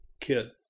kid